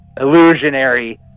illusionary